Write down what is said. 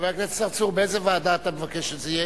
חבר הכנסת צרצור, באיזה ועדה אתה מבקש שזה יהיה?